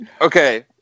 Okay